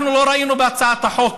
אנחנו לא ראינו את זה בהצעת החוק,